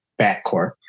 backcourt